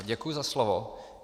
Děkuji za slovo.